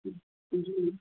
जी